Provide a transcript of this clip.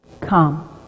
come